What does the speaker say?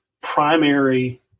primary